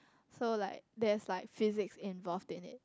so like there's like Physics involved in it